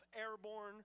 airborne